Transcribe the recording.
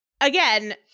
again